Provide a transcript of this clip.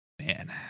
man